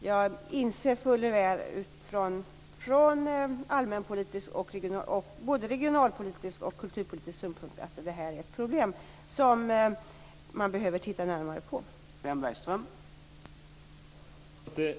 Jag inser fuller väl att detta är ett problem som man behöver titta närmare på från både allmänpolitisk, regionalpolitisk och kulturpolitisk synpunkt.